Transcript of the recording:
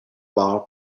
laws